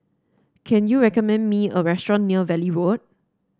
can you recommend me a restaurant near Valley Road